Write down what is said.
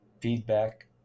feedback